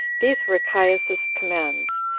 these were caius's commands,